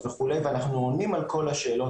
ואם הוא יקל עלינו,